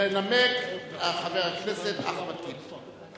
ינמק חבר הכנסת אחמד טיבי.